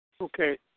Okay